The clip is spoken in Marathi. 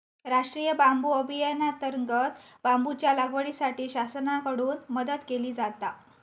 राष्टीय बांबू अभियानांतर्गत बांबूच्या लागवडीसाठी शासनाकडून मदत केली जाता